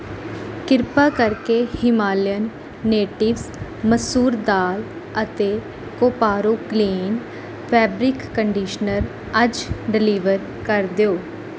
ਕਿਰਪਾ ਕਰਕੇ Himalayan Natives ਮਸੂਰ ਦਾਲ ਅਤੇ ਕੋਪਾਰੋ ਕਲੀਨ ਫੈਬਰਿਕ ਕੰਡੀਸ਼ਨਰ ਅੱਜ ਡਿਲੀਵਰ ਕਰ ਦਿਓ